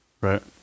Right